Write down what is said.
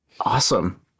awesome